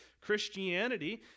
Christianity